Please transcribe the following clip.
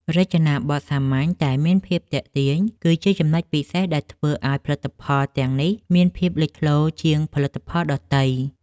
រចនាប័ទ្មសាមញ្ញតែមានភាពទាក់ទាញ គឺជាចំណុចពិសេសដែលធ្វើឱ្យផលិតផលទាំងនេះមានភាពលេចធ្លោជាងផលិតផលដទៃ។